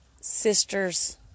sister's